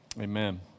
Amen